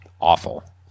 awful